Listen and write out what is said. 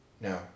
No